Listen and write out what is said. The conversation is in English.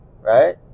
Right